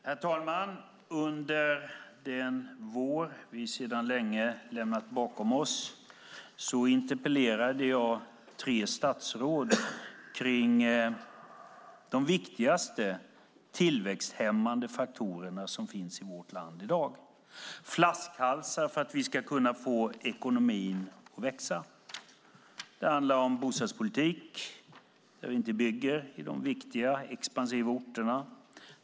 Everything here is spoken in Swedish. Herr talman! Under den vår vi sedan länge lämnat bakom oss interpellerade jag tre statsråd om de viktigaste tillväxthämmande faktorer som finns i vårt land i dag - flaskhalsar i arbetet att få ekonomin att växa. Det handlade om bostadspolitik, där vi inte bygger på de viktiga, expansiva orterna.